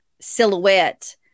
silhouette